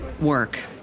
work